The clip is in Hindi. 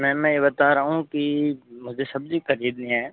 मेम मैं बता रहा हूँ कि मुझे सब्जी खरीदनी है